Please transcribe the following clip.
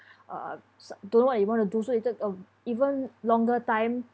uh s~ don't know what they want to do so it took uh even longer time